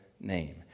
name